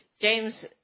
James